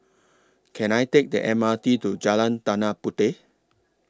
Can I Take The M R T to Jalan Tanah Puteh